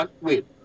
wait